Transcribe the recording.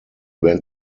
went